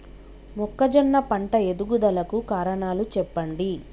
మొక్కజొన్న పంట ఎదుగుదల కు కారణాలు చెప్పండి?